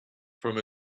from